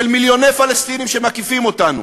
של מיליוני פלסטינים שמקיפים אותנו,